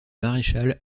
maréchal